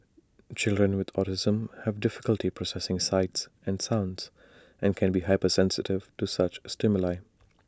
children with autism have difficulty processing sights and sounds and can be hypersensitive to such stimuli